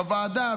בוועדה,